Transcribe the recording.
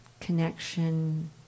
connection